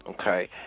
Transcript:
Okay